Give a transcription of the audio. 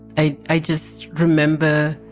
i i just remember